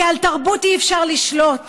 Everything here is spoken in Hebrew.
כי על תרבות אי-אפשר לשלוט,